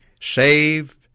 saved